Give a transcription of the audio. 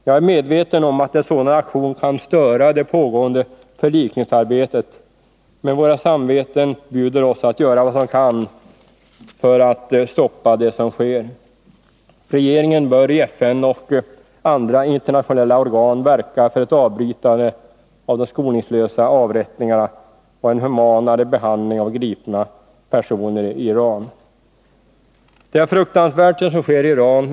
Jag är medveten om att en sådan aktion kan störa det pågående förlikningsarbetet, men våra samveten bjuder oss att göra vad som kan göras för att stoppa det som sker. Regeringen bör i FN och andra internationella organ verka för ett avbrytande av de skoningslösa avrättningarna och en humanare behandling av gripna personer i Iran. Det är fruktansvärt, det som sker i Iran.